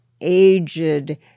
aged